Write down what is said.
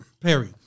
Perry